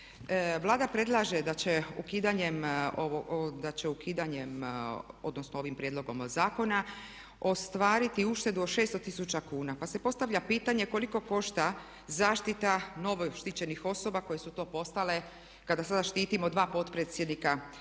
Vlada predlaže da će ukidanjem odnosno ovim prijedlogom zakona ostvariti uštedu od 600 tisuća kuna, pa se postavlja pitanje koliko košta zaštita novo štićenih osoba koje su to postale kada sad štitimo dva potpredsjednika i